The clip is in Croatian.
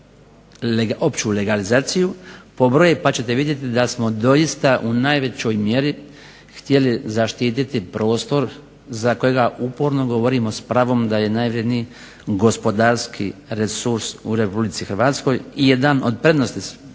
opću legalizaciju pobroje pa ćete vidjeti da smo doista u najvećoj mjeri htjeli zaštiti prostor za kojega uporno govorimo s pravom da je najvredniji gospodarski resurs u RH i jedan od prednosti RH